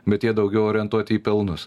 bet jie daugiau orientuoti į pelnus